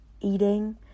eating